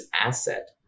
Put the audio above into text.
asset